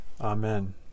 Amen